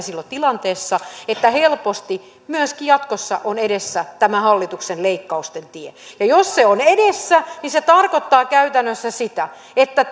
silloin tilanteessa että helposti myöskin jatkossa on edessä tämä hallituksen leikkausten tie ja jos se on edessä niin se tarkoittaa käytännössä sitä että